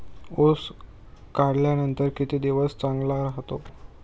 ऊस काढल्यानंतर किती दिवस चांगला राहतो?